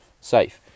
safe